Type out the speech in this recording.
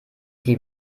die